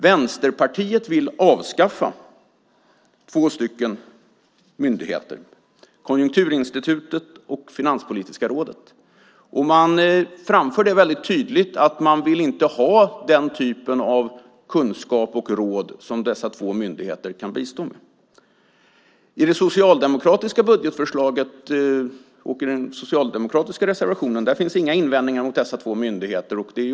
Vänsterpartiet vill avskaffa två myndigheter, Konjunkturinstitutet och Finanspolitiska rådet. Man framför väldigt tydligt att man inte vill ha den typen av kunskap och råd som dessa två myndigheter kan bistå med. I det socialdemokratiska budgetförslaget och i den socialdemokratiska reservationen finns inga invändningar mot dessa två myndigheter.